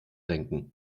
denken